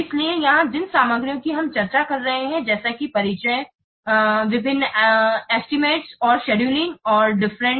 इसलिए यहां जिन सामग्रियों की हम चर्चा कर रहे हैं जैसे कि परिचय विभिन्न एस्टिमेशन और शेड्यूलिंग और डिफरेंट